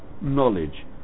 knowledge